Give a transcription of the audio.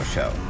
Show